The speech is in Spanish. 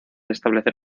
establecer